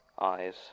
eyes